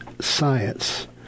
Science